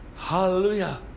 hallelujah